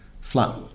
flat